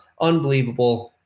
unbelievable